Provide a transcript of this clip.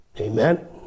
amen